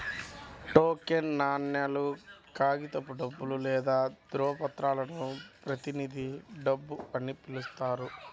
token నాణేలు, కాగితపు డబ్బు లేదా ధ్రువపత్రాలను ప్రతినిధి డబ్బు అని పిలుస్తారు